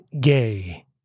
gay